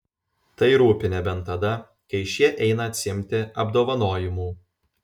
tai rūpi nebent tada kai šie eina atsiimti apdovanojimų